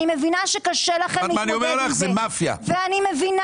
אני מבינה שקשה לכם להתמודד ואני מבינה